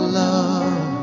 love